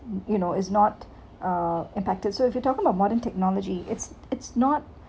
you know is not uh impacted so if you're talking about modern technology it's it's not